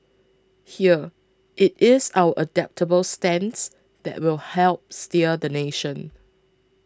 here it is our adaptable stance that will help steer the nation